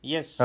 Yes